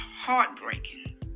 heartbreaking